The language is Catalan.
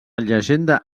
llegenda